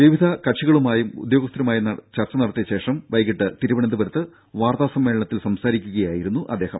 വിവിധ കക്ഷികളുമായും ഉദ്യോഗസ്ഥരുമായും ചർച്ച നടത്തിയ ശേഷം വൈകീട്ട് തിരുവനന്തപുരത്ത് വാർത്താ സമ്മേളനത്തിൽ സംസാരിക്കുകയായിരുന്നു അദ്ദേഹം